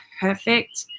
perfect